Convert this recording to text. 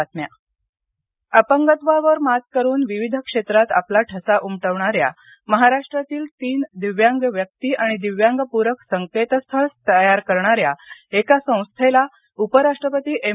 दिव्यांग परस्कार अपंगत्वावर मात करून विविध क्षेत्रात आपला ठसा उमटविणा या महाराष्ट्रातील तीन दिव्यांग व्यक्ती आणि दिव्यांग प्रक संकेतस्थळ तयार करणाऱ्या एका संस्थेला उपराष्ट्रपती एम